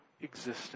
existence